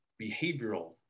behavioral